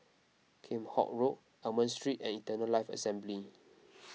Kheam Hock Road Almond Street and Eternal Life Assembly